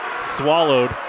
swallowed